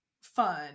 fun